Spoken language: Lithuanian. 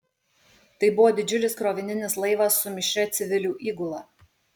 tai buvo didžiulis krovininis laivas su mišria civilių įgula